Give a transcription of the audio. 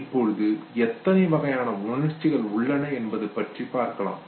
இப்பொழுது எத்தனை வகையான உணர்ச்சிகள் உள்ளன என்பதை பற்றி பார்க்கலாம்